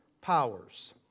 powers